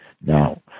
now